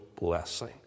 blessing